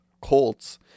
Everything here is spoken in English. Colts